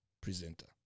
presenter